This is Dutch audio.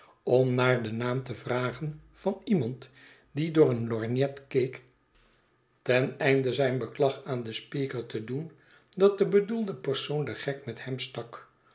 om naar den naam te vragen van iemand die door een lorgnet keek ten einde zijn beklag aan den speaker te doen dat de bedoelde persoon den gek met hem stak